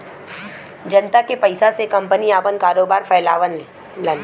जनता के पइसा से कंपनी आपन कारोबार फैलावलन